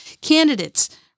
candidates